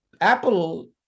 Apple